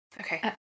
Okay